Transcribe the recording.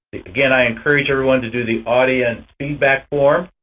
again, i encourage everyone to do the audience feedback form.